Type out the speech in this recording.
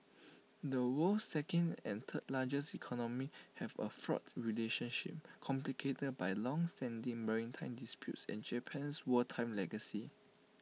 the world's second and third largest economies have A fraught relationship complicated by longstanding maritime disputes and Japan's wartime legacy